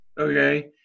okay